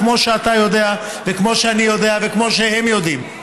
כמו שאתה יודע וכמו שאני יודע וכמו שהם יודעים.